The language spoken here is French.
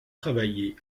travaillé